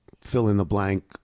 fill-in-the-blank